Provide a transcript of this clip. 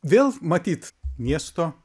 vėl matyt miesto